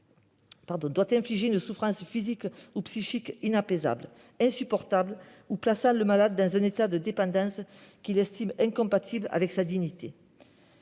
doit infliger une souffrance physique ou psychique inapaisable, insupportable ou plaçant le malade dans un état de dépendance qu'il estime incompatible avec sa dignité.